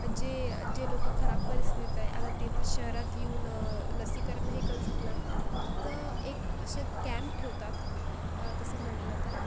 जे जे लोक खराब परिस्थितीत आहे आता ते तर शहरात येऊन लसीकरण हे करु शकणार तर एक असा कॅम्प ठेवतात तसं म्हटलं तर